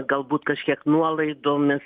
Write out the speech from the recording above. galbūt kažkiek nuolaidomis